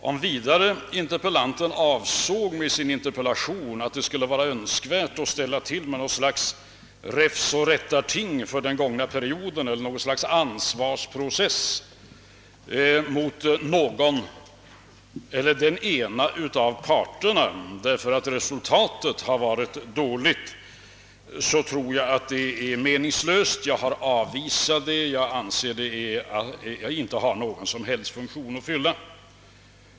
Om vidare interpellanten med sin interpellation avsåg att det skulle vara önskvärt att ställa till med något slag av räfst och rättarting eller en ansvarsprocess för den gångna perioden mot någon av parterna, därför att resultatet har varit dåligt, så tror jag det är meningslöst. Jag har avvisat det och anser att det inte har någon som helst funktion att fylla.